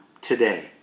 today